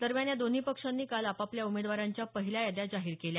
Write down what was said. दरम्यान या दोन्ही पक्षांनी काल आपापल्या उमेदवारांच्या पहिल्या याद्या जाहीर केल्या